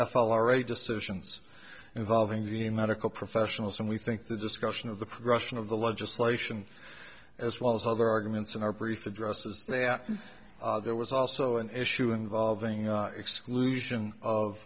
f l already decisions involving the in medical professionals and we think the discussion of the progression of the legislation as well as other arguments in our brief addresses they are there was also an issue involving the exclusion of